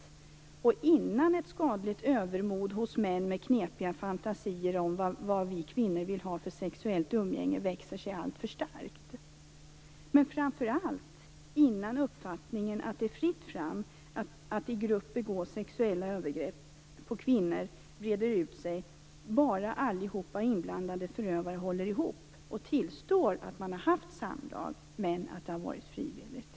Det måste ske innan ett skadligt övermod hos män med knepiga fantasier om vad vi kvinnor vill ha för sexuellt umgänge växer sig alltför starkt. Men framför allt måste det ske innan uppfattningen breder ut sig att det är fritt fram att i grupp begå sexuella övergrepp på kvinnor, bara alla inblandade förövare håller ihop och tillstår att man har haft samlag, men att det har varit frivilligt.